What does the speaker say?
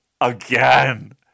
again